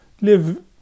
live